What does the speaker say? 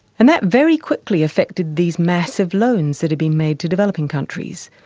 and that very quickly affected these massive loans that had been made to developing countries.